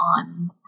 on